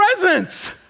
presence